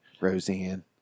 Roseanne